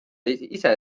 ise